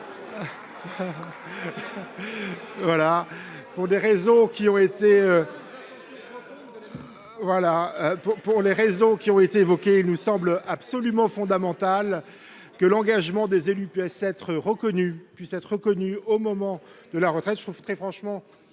pour les raisons qui ont déjà été avancées. Il nous semble absolument fondamental que l’engagement des élus soit reconnu au moment de leur retraite.